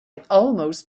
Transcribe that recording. almost